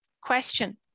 Question